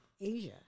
Asia